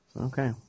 okay